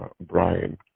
Brian